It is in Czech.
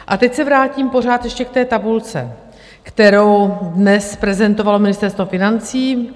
A teď se vrátím pořád ještě k té tabulce, kterou dnes prezentovalo Ministerstvo financí.